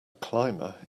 climber